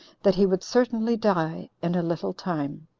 that he would certainly die in a little time.